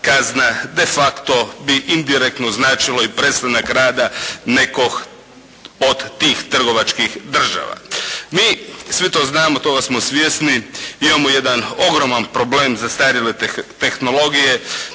de facto bi indirektno značilo i prestanak rada nekog od tih trgovačkih država. Mi svi to znamo, toga smo svjesni imamo jedan ogroman problem zastarjele tehnologije.